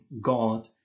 God